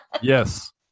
Yes